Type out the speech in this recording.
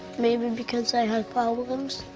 maybe because i had problems.